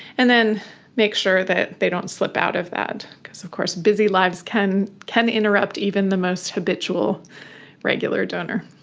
and then make sure that they don't slip out of that because of course busy lives can can interrupt even the most habitual regular donor.